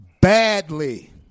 badly